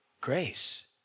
grace